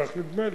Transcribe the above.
כך נדמה לי.